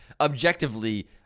objectively